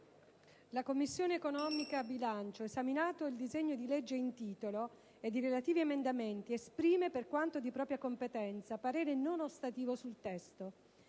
programmazione economica, bilancio, esaminato il disegno di legge in titolo ed i relativi emendamenti, esprime, per quanto di propria competenza, parere non ostativo sul testo.